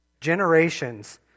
Generations